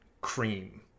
cream